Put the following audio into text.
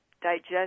digest